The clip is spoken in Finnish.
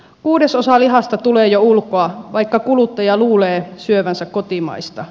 kuudesosa lihasta tulee jo ulkoa vaikka kuluttaja luulee syövänsä kotimaista